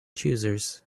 choosers